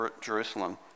Jerusalem